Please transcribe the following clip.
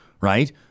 Right